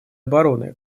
обороны